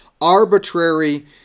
arbitrary